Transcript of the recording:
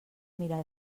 mirar